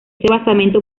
basamento